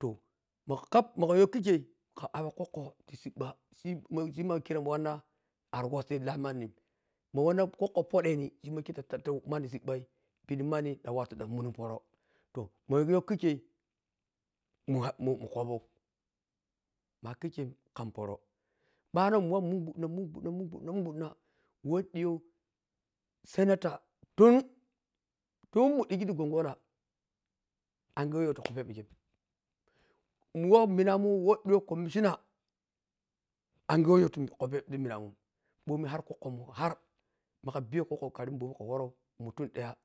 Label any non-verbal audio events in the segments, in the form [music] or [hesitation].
To ma kham maghayhi khikha kha abpho kwokwo fe sibba sima makheto wanna ati wassi sibbamanni wa wana kwokwo fodheni sima khere ta sadha manni sibba te pishi manna dha wata ghenmunum poro mayhe khikhe munkhabhuu ma’a khikhem kham poro bwano momi muwau mun gbwadhina mungbwadhuna mungbadhina wah dhitho senetor tun tin modhigito hongola angye wahyho ti kinyshebe khe muwau minamun wahyho commision angye wah yho te kwan kwokwo mun makha har kwokwo mun makha hiyo kwokwo karim bom kkhuworo mutum daya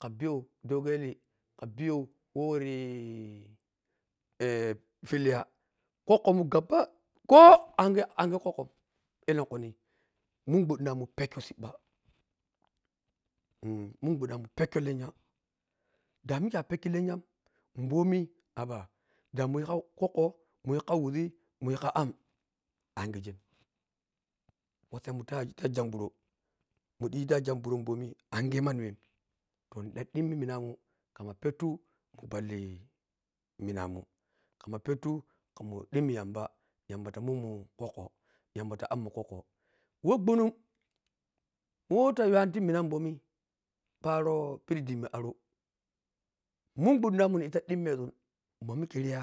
kha niyo dogon yele kha biyo wah worii aa [hesitation] filiya kwokwomun gaba da ko angye kwokwo ellenkhum nhi mung bwadhina mun penkyo sibba um” mungbwadhimun penkyo lennya bomu haba da mighikha kwokwo mudhi kha wizi khama nagye wasemun ta iyang bhuro mudhi ta iyang bhuro momi angye manni wah to nodhota dhimmi minamun khammapetto ma balle minamun khamma pettu muwori dlu-immi yanba yamba tawatu mumhn kwokwo yamba ta abmun kwokwo wah khonog wah ta wiwani ta mun bomi poro pidhi dhimmmi aro mung gbwadhinamun nhidhi ta dhummaʒen mami kha riya.